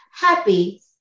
happy